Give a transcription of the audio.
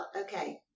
okay